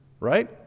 Right